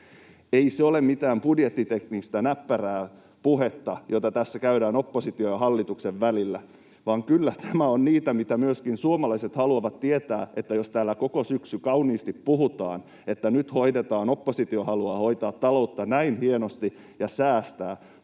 Ei se ole mitään budjettiteknistä näppärää puhetta, jota tässä käydään opposition ja hallituksen välillä, vaan kyllä tämä on sitä, mitä myöskin suomalaiset haluavat tietää. Täällä koko syksy kauniisti puhutaan, että nyt hoidetaan, oppositio haluaa hoitaa, taloutta näin hienosti ja säästää,